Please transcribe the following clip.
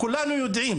כולנו יודעים